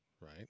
right